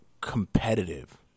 competitive